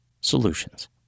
solutions